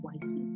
wisely